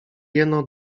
jeno